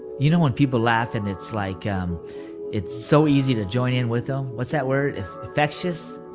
you know when people laugh and it's like um it's so easy to join in with em? what's that word, infectious?